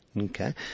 Okay